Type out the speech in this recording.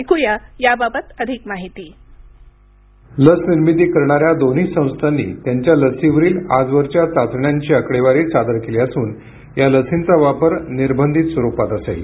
ऐकूया याबाबत अधिक माहिती लसनिर्मिती करणाऱ्या दोन्ही संस्थांनी त्यांच्या लसींवरील आजवरच्या चाचण्यांची आकडेवारी सादर केली असून या लसींचा वापर निर्बंधित स्वरूपात असेल